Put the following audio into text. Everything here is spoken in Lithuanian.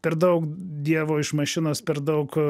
per daug dievo iš mašinos per daug